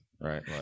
right